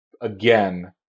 again